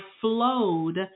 flowed